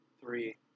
three